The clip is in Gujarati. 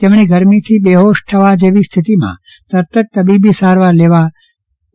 તેમણે ગરમીમાં બેહોશ થવા જેવી સ્થિતિમાં તરત જ તબીબી સારવાર લેવાઓ